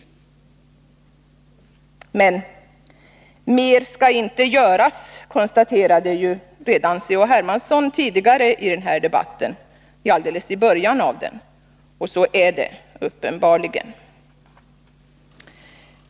Mer skall inte göras, konstaterade redan C.-H. Hermansson tidigare i den här debatten. Så är det uppenbarligen.